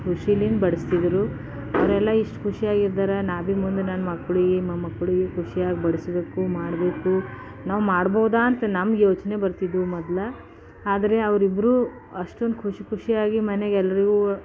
ಖುಷಿಯಿಂದ ಬಡಿಸ್ತಿದ್ರು ಅವರೆಲ್ಲ ಇಷ್ಟು ಖುಷಿಯಾಗಿದ್ದಾರೆ ನಾವಿನ್ನು ಮುಂದೆ ನನ್ನ ಮಕ್ಕಳಿಗೆ ಮೊಮ್ಮಕ್ಕಳಿಗೆ ಖುಷ್ಯಾಗಿ ಬಡಿಸ್ಬೇಕು ಮಾಡಬೇಕು ನಾವು ಮಾಡ್ಬೋದ ಅಂತ ನಮ್ಮ ಯೋಚನೆ ಬರ್ತಿದ್ದವು ಮೊದ್ಲು ಆದರೆ ಅವರಿಬ್ರು ಅಷ್ಟೊಂದು ಖುಷಿ ಖುಷಿಯಾಗಿ ಮನೆಗೆಲ್ಲರಿಗೂ